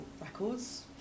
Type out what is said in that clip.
records